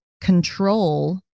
control